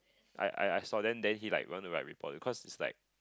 I I I saw then then he like want to write report to cause it's like